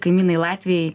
kaimynai latviai